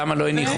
למה לא הניחו.